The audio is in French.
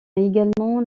également